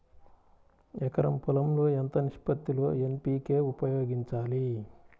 ఎకరం పొలం లో ఎంత నిష్పత్తి లో ఎన్.పీ.కే ఉపయోగించాలి?